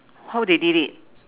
how they did it